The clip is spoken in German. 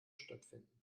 stattfinden